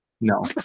No